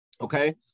Okay